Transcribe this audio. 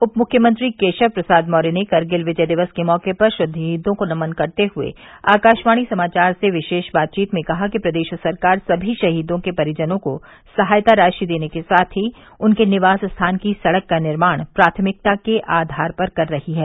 उप मुख्यमंत्री केशव प्रसाद मौर्य ने कारगिल विजय दिवस के मौके पर शहीदों को नमन करते हुए आकाशवाणी समाचार से विशेष बातचीत में कहा कि प्रदेश सरकार सभी शहीदों के परिजनों को सहायता राशि देने के साथ ही उनके निवास स्थान की सड़क का निर्माण प्राथमिकता के आधार पर कर रही है